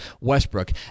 Westbrook